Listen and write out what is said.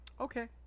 okay